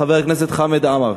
חבר הכנסת חמד עמאר,